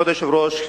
כבוד היושב-ראש,